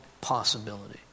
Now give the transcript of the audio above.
possibility